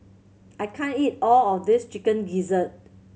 I can't eat all of this Chicken Gizzard